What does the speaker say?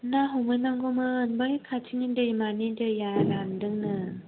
ना हमहै नांगौमोन बै खाथिनि दैमानि दैया रानदोंनो